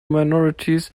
minorities